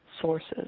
sources